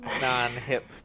non-hip